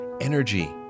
Energy